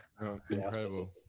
Incredible